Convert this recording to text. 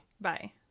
Bye